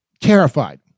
terrified